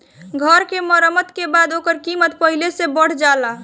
घर के मरम्मत के बाद ओकर कीमत पहिले से बढ़ जाला